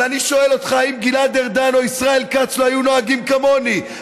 אבל אני שואל אותך: האם גלעד ארדן או ישראל כץ לא היו נוהגים כמוני?